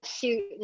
shoot